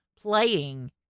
playing